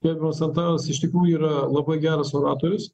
gerbiamas antanas iš tikrųjų yra labai geras oratorius